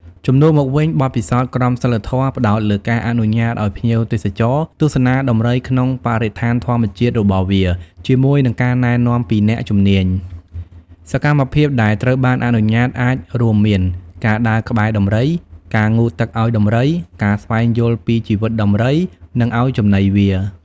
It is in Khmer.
ជំនួសមកវិញ បទពិសោធន៍ក្រមសីលធម៌ផ្តោតលើការអនុញ្ញាតឲ្យភ្ញៀវទេសចរ ទស្សនាដំរីក្នុងបរិស្ថានធម្មជាតិរបស់វា ជាមួយនឹងការណែនាំពីអ្នកជំនាញ។